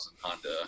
Honda